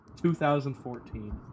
2014